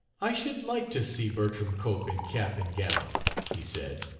i should like to see bertram cope in cap and gown, he said.